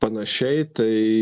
panašiai tai